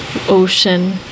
ocean